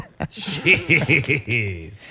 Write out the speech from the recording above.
Jeez